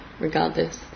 regardless